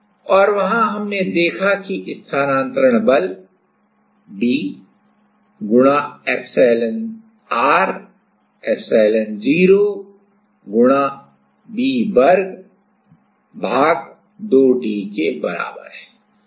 और वहां हमने देखा कि स्थानान्तरण बल b गुणा epsilonr epsilon0 गुणा V वर्ग भाग 2d के बराबर है